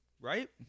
Right